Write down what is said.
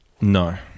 No